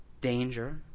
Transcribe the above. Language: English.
danger